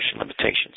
limitations